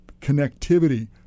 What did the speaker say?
connectivity